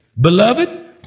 Beloved